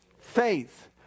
Faith